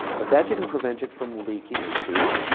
but that didn't prevented from leaking into